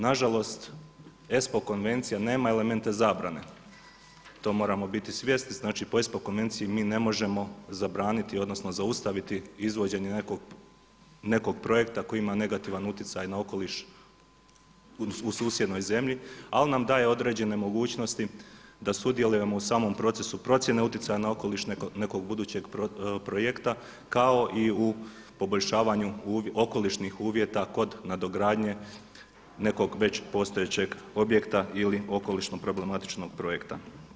Nažalost, ESPO konvencija nema elemente zabrane, to moramo biti svjesni, znači po ESPO konvenciji mi ne možemo zabraniti odnosno zaustaviti izvođenje nekog projekta koji ima negativan utjecaj na okoliš u susjednoj zemlji ali nam daje određene mogućnosti da sudjelujemo u samom procesu procjene utjecaja na okoliš nekog budućeg projekta kao i u poboljšavanju okolišnih uvjeta kod nadogradnje nekog već postojećeg objekta ili okolišno problematičnog projekta.